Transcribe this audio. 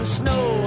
snow